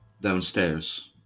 downstairs